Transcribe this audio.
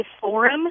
forum